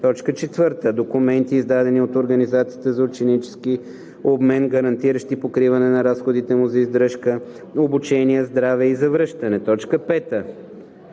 обмен; 4. документи, издадени от организацията за ученически обмен, гарантиращи покриване на разходите му за издръжка, обучение, здраве и завръщане; 5.